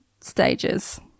stages